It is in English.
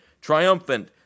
triumphant